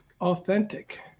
authentic